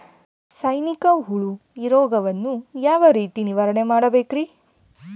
ಸೈನಿಕ ಹುಳು ರೋಗವನ್ನು ಯಾವ ರೇತಿ ನಿರ್ವಹಣೆ ಮಾಡಬೇಕ್ರಿ?